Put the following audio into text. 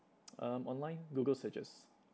um online Google searches